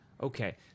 Okay